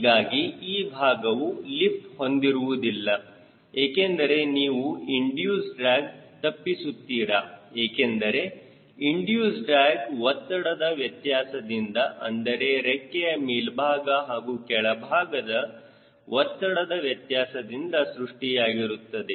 ಹೀಗಾಗಿ ಈ ಭಾಗವು ಲಿಫ್ಟ್ ಹೊಂದಿರುವುದಿಲ್ಲ ಏಕೆಂದರೆ ನೀವು ಇಂಡಿಯೂಸ್ ಡ್ರ್ಯಾಗ್ ತಪ್ಪಿಸುತ್ತಿರಾ ಏಕೆಂದರೆ ಇಂಡಿಯೂಸ್ ಡ್ರ್ಯಾಗ್ ಒತ್ತಡದ ವ್ಯತ್ಯಾಸದಿಂದ ಅಂದರೆ ರೆಕ್ಕೆಯ ಮೇಲ್ಭಾಗ ಹಾಗೂ ಕೆಳಭಾಗದ ಒತ್ತಡದ ವ್ಯತ್ಯಾಸದಿಂದ ಸೃಷ್ಟಿಯಾಗಿರುತ್ತದೆ